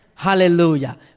Hallelujah